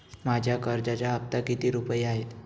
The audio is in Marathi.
माझ्या कर्जाचा हफ्ता किती रुपये आहे?